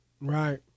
right